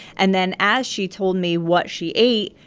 and then as she told me what she ate,